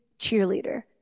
cheerleader